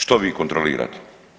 Što vi kontrolirate?